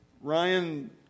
Ryan